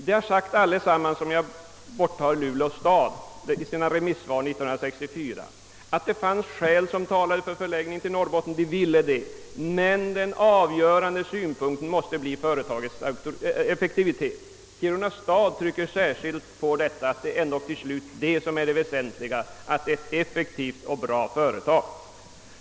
De har allesammans med undantag av Luleå stad i sina remissyttranden år 1964 uttalat att det fanns skäl, som talade för en förläggning i Norrbotten men att den avgörande synpunkten måste bli hänsynen till företagets effektivitet. Kiruna stad framhåller särskilt att det väsentliga till slut ändå är att det är ett bra och effektivt företag.